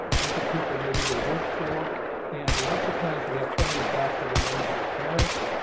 different people maybe they work for and lots of times we have pointers back to the names of their parents,